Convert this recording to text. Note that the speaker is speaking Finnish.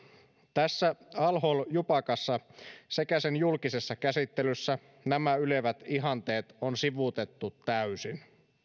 tässä al hol jupakassa sekä sen julkisessa käsittelyssä nämä ylevät ihanteet on sivuutettu täysin